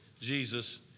Jesus